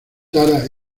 tara